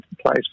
place